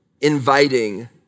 inviting